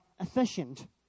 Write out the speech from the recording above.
efficient